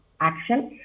action